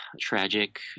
tragic